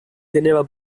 teneva